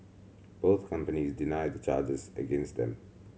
both companies deny the charges against them